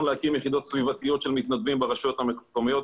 להקים יחידות סביבתיות של מתנדבים ברשויות המקומיות.